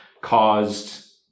caused